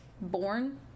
born